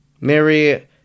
Mary